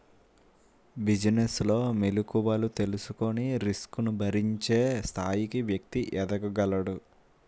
business లో మెలుకువలు తెలుసుకొని రిస్క్ ను భరించే స్థాయికి వ్యక్తి ఎదగగలడు